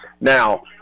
Now